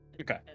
Okay